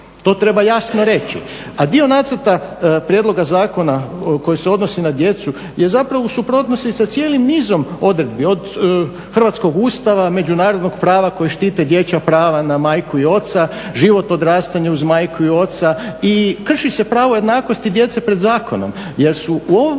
to treba jasno reći. A dio nacrta prijedloga zakona koji se odnosi na djecu je u suprotnosti sa cijelim nizom odredbi od hrvatskog Ustava, međunarodnog prava koji štite dječja prava na majku oca, život odrastanja uz majku i oca i krši se pravo jednakosti djece pred zakonom jer su u ovom